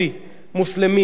מוסלמי או נוצרי,